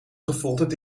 gefolterd